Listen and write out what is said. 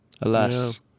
alas